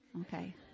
Okay